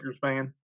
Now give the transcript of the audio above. fan